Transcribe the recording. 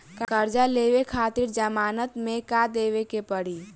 कर्जा लेवे खातिर जमानत मे का देवे के पड़ी?